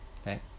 okay